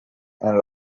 and